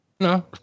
No